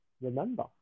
remember